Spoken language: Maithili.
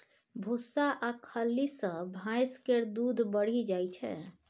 भुस्सा आ खल्ली सँ भैंस केर दूध बढ़ि जाइ छै